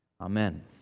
Amen